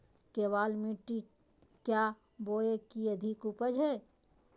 केबाल मिट्टी क्या बोए की अधिक उपज हो?